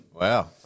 Wow